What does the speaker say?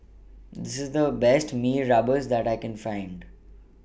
IS The Best Mee Rebus that I Can Find